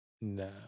No